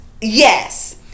yes